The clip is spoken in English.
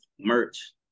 merch